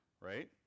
right